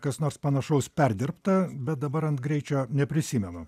kas nors panašaus perdirbta bet dabar ant greičio neprisimenu